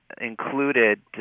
included